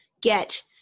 get